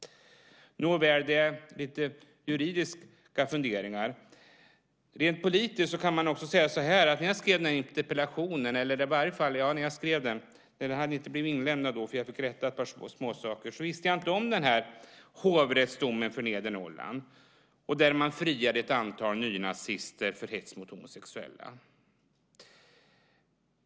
Nåväl, det är lite juridiska funderingar. Rent politiskt kan jag säga att när jag skrev den här interpellationen visste jag inte om den här domen från Hovrätten för Nedre Norrland där man friade ett antal nynazister som stått åtalade för hets mot homosexuella.